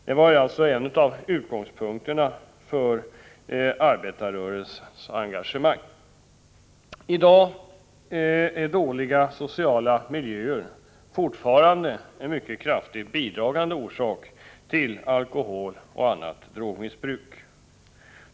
Det var alltså en av utgångspunk I dag är dåliga sociala miljöer fortfarande en mycket kraftigt bidragande 13 november 1985 orsak till alkoholoch annat drogmissbruk.